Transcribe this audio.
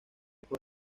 por